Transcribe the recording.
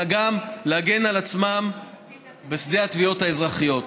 אלא גם להגן על עצמם בשדה התביעות האזרחיות.